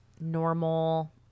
normal